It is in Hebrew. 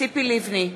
ציפי לבני,